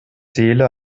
seele